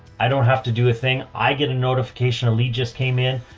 i don't have to do a thing. i get a notification, a lead just came in.